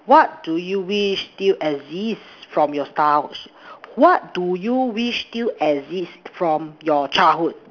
what do you wish still exist from your start wish what do you wish still exist from your childhood